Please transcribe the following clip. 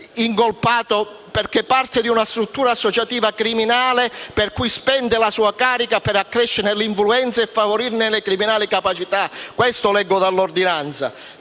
incolpato perché parte di una struttura associativa criminale, per cui spende la sua carica, così da accrescerne l'influenza e favorirne le criminali capacità, secondo quanto leggo dall'ordinanza